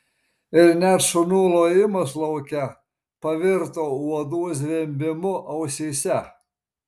ir net šunų lojimas lauke pavirto uodų zvimbimu ausyse